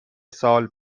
سال